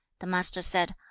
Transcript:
the master said,